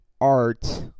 art